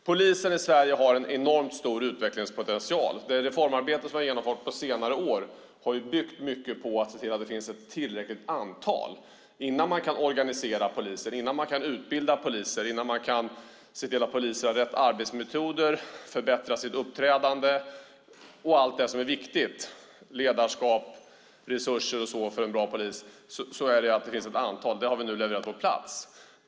Polisen i Sverige har en enormt stor utvecklingspotential. Det reformarbete som har genomförts på senare år har byggt mycket på att se till att det finns ett tillräckligt antal poliser. Innan man kan organisera poliser, innan man kan utbilda poliser och innan man kan se till att poliser har rätt arbetsmetoder och kan förbättra sitt uppträdande och allt det som är viktigt - ledarskap, resurser och så vidare - för en bra polis gäller det att det finns ett visst antal. Det har vi nu levererat på plats.